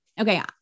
okay